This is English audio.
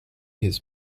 his